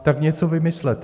Tak něco vymyslete!